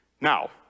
Now